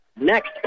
next